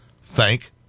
Thank